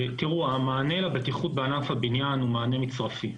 תראו, המענה לבטיחות בענף הבניין הוא מענה מצרפי.